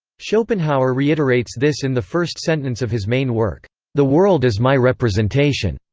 schopenhauer reiterates this in the first sentence of his main work the world is my representation.